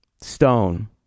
stone